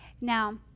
Now